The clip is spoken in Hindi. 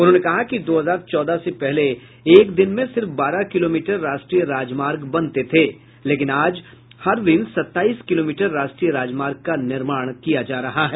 उन्होंने कहा कि दो हजार चौदह से पहले एक दिन में सिर्फ बारह किलोमीटर राष्ट्रीय राजमार्ग बनते थे लेकिन आज हर दिन सत्ताईस किलोमीटर राष्ट्रीय राजमार्ग का निर्माण किया जा रहा है